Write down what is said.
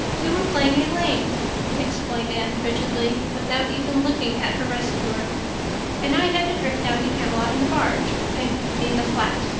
we were playing elaine explained anne frigidly, without even looking at her rescuer and i had to drift down to camelot in the barge i mean the flat.